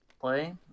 play